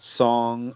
song